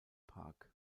park